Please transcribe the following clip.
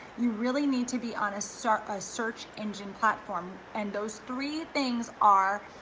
you really need to be honest, start a search engine platform. and those three things are,